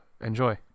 enjoy